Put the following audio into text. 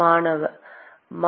மாணவர் ஆம்